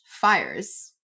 fires